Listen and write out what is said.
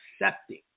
accepting